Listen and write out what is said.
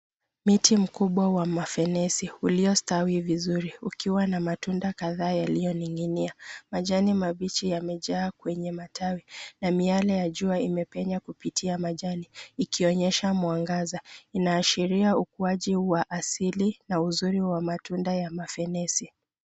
Miti mkubwa wa mafenesi uliostawi vizuri ukiwa na matunda kadhaa yaliyoning'inia. Majani mabichi yamejaa kwenye matawi na miale ya jua imepenya kupitia majani ikionyesha mwangaza. Inaashiria ukuaji wa asili na uzuri wa matunda ya mafenesi.